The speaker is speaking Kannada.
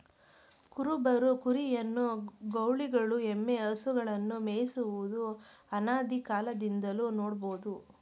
ಕುರುಬರು ಕುರಿಯನ್ನು, ಗೌಳಿಗಳು ಎಮ್ಮೆ, ಹಸುಗಳನ್ನು ಮೇಯಿಸುವುದು ಅನಾದಿಕಾಲದಿಂದಲೂ ನೋಡ್ಬೋದು